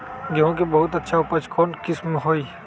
गेंहू के बहुत अच्छा उपज कौन किस्म होई?